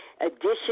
additional